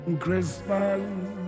Christmas